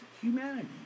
humanity